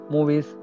Movies